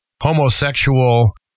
homosexual